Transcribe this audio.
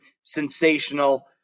sensational